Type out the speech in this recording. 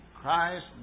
Christ